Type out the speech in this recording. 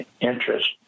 interest